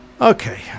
Okay